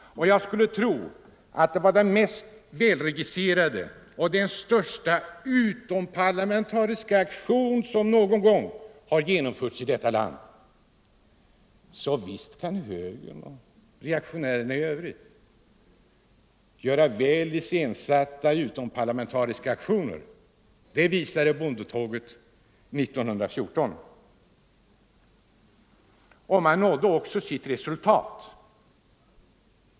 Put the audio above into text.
Jag skulle tro att det var den mest välregisserade och största utomparlamentariska aktion som någon gång genomförts i detta land. Visst kan högern och övriga reaktionärer genomföra väl iscensatta utomparlamentariska aktioner! Det visade bondetåget 1914. Och reaktionärerna uppnådde också sitt syfte.